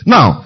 Now